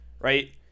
Right